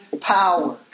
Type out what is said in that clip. power